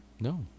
No